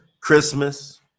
Christmas